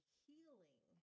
healing